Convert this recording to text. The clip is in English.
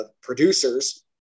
producers